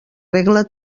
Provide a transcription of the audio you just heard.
regla